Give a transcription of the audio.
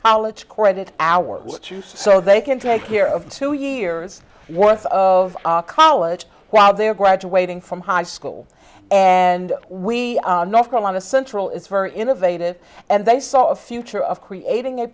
college credit hours so they can take care of two years worth of college while they're graduating from high school and we north carolina central is very innovative and they saw a future of creating a